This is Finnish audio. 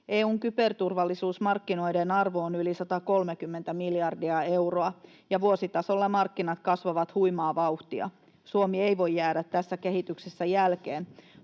EU:n kyberturvallisuusmarkkinoiden arvo on yli 130 miljardia euroa, ja vuositasolla markkinat kasvavat huimaa vauhtia. Suomi ei voi jäädä tässä kehityksessä jälkeen.